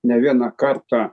ne vieną kartą